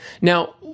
Now